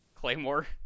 Claymore